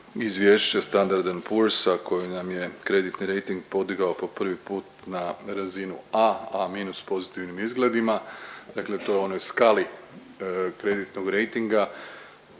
izvješće Standard & Poor's koje nam je kreditni rejting podigao po prvi put na razinu A, a minus pozitivnim izgledima dakle to je u onoj skali kreditnoj rejtinga